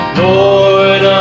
lord